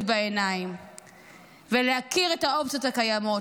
בעיניים ולהכיר את האופציות הקיימות,